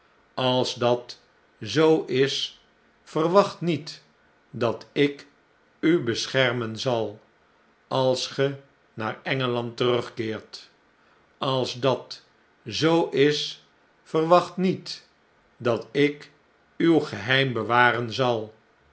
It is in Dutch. als dat zoo is verwacht niet dat ik u beschermen zal als ge naar engeland terugkeert als dat zoo is verwacht niet dat ik uw geheim bewaren zal